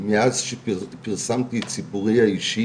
מאז שפרסמתי את סיפורי האישי